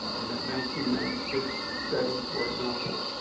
and ninety ninety six study, for example,